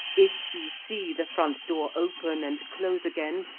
if you see the front-door open and close again,